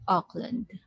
Auckland